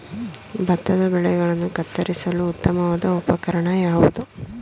ಭತ್ತದ ಬೆಳೆಗಳನ್ನು ಕತ್ತರಿಸಲು ಉತ್ತಮವಾದ ಉಪಕರಣ ಯಾವುದು?